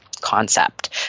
concept